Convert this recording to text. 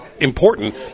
important